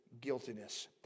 guiltiness